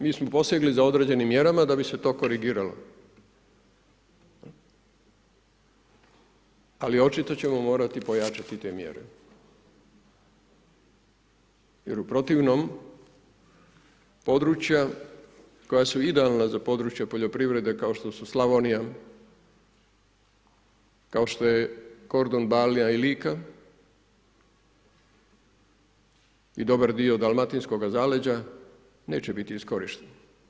Mi smo posegli za određenim mjerama da bi se to korigiralo, ali očito ćemo morati pojačati te mjere jer u protivnom područja koja su idealna za područja poljoprivrede, kao što su Slavonija, kao što je Kordon, Balija i Lika i dobar dio dalmatinskoga zaleđa, neće biti iskorišten.